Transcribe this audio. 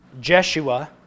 Jeshua